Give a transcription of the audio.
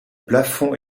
plafond